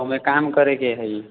ओहिमे काम करैके हइ